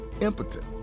impotent